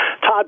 Todd